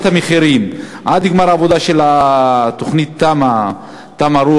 המחירים עד גמר העבודה של תמ"א רוח,